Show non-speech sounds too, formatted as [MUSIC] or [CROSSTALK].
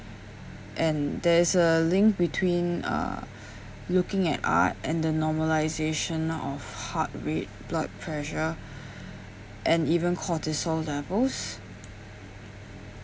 and there's a link between uh looking at art and the normalization of heart rate blood pressure [BREATH] and even cortisol levels